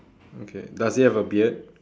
okay does he have a beard